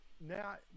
Now